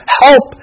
help